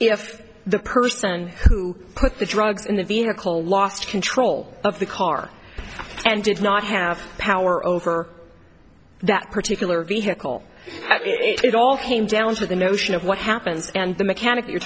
if the person who put the drugs in the vehicle lost control of the car and did not have power over that particular vehicle it all came down to the notion of what happens and the mechanic you're